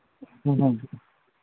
ꯎꯝ ꯎꯝ